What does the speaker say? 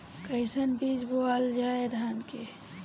कईसन बीज बोअल जाई धान के?